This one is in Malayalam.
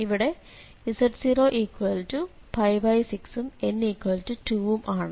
ഇവിടെ z06ഉം n2 വും ആണ്